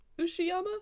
Ushiyama